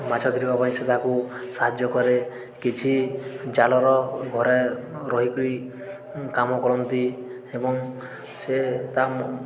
ମାଛ ଧରିବା ପାଇଁ ସେ ତାକୁ ସାହାଯ୍ୟ କରେ କିଛି ଜାଲର ଘରେ ରହିକିରି କାମ କରନ୍ତି ଏବଂ ସେ ତା